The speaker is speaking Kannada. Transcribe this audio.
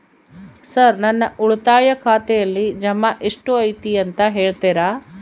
ಸರ್ ನನ್ನ ಉಳಿತಾಯ ಖಾತೆಯಲ್ಲಿ ಜಮಾ ಎಷ್ಟು ಐತಿ ಅಂತ ಹೇಳ್ತೇರಾ?